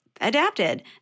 adapted